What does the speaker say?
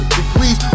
degrees